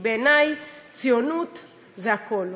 כי בעיני, ציונות זה הכול,